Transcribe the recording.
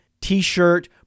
t-shirt